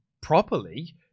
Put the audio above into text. properly